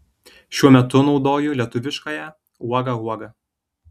šiuo metu naudoju lietuviškąją uoga uoga